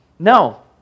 No